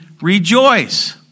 rejoice